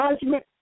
judgment